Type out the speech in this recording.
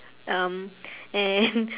um and